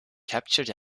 captured